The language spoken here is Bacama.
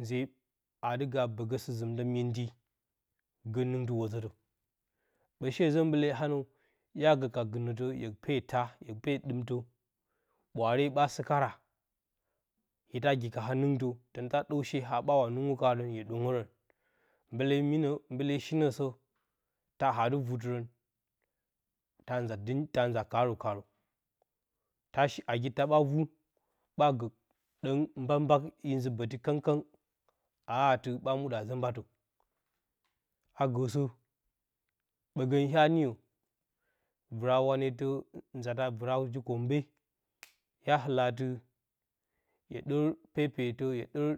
Nze a dɨ ga bəgə sɨ-zɨmtə myemti gə nɨngɨɨ wozətə bə she zə mbale haanə, hya gə ka gɨnətə, hye gə, hye pee taa, hye pee ɗɨmto, ɓwaare ɓa sɨkara, hye ta gi ka haa-nɨngtə tən ta ɗəw she haa ɓawa nɨngu kaarə hye ɗwəngərən mbale minə, mbale shinə sə taa aa dɨ vu-tɨrən ta nza din nza kaary kaary, ta shi nagi ta ɓa vu ɓagə ɗəng mbak mbak i, zɨ ɓəti kəng kəng aa ati ɓa muɗə azə mbatə, agəsə ɓəgən hya niyo vɨra wanetə nzata vɨra. Ji-koombe, hya ɨlə ati hye ɗər peepetə, hye ɗər